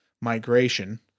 migration